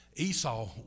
Esau